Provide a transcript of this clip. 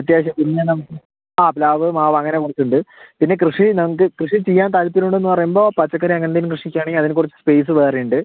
അത്യാവശ്യം ആ പ്ലാവ് മാവ് അങ്ങനെ കുറച്ചുണ്ട് പിന്നെ കൃഷി നമുക്ക് കൃഷി ചെയ്യാൻ താൽപര്യമുണ്ടെന്ന് പറയുമ്പോൾ പച്ചക്കറി അങ്ങനെന്തേലും കൃഷിക്കാണെൽ അതിന് കുറച്ച് സ്പേസ് വേറെയുണ്ട്